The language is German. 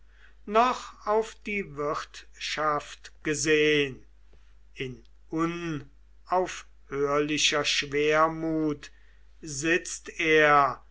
noch auf die wirtschaft gesehn in unaufhörlicher schwermut sitzt er